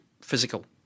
physical